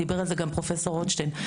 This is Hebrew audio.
דיבר על זה גם פרופ' רוטשטיין,